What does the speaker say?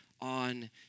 on